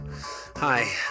Hi